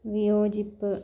വിയോജിപ്പ്